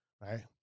right